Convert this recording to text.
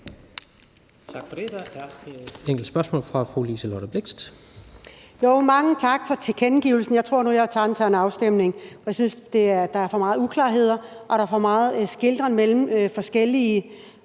Tak for det. Der er et enkelt spørgsmål fra fru Liselott Blixt. Kl. 13:06 Liselott Blixt (DF): Mange tak for tilkendegivelsen. Jeg tror nu, jeg tager det til afstemning, for jeg synes, der er mange uklarheder, og der er for meget skelnen mellem forskellige